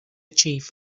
chief